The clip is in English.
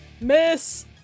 Miss